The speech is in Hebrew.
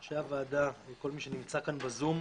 אנשי הוועדה וכל מי שנמצא כאן בזום.